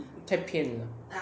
太偏离了